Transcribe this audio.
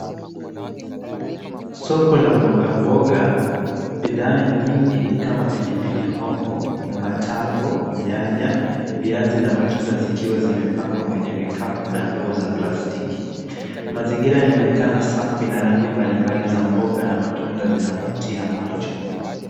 Soko la mbogamboga, bidhaa nyigi kama pilipili hoho, matango, nyanya viazi na matunda zikiwa zimepangwa kwenye vikapu na ndoo za plastiki. Mazingira inaonekana safi na rangi mbalimbali za mboga na matunda zinavutia macho.